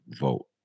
vote